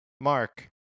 Mark